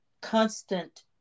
constant